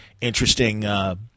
interesting –